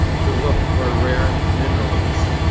to look for rare minerals.